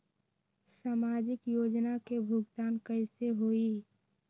समाजिक योजना के भुगतान कैसे होई?